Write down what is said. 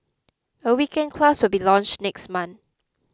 a weekend class will be launched next month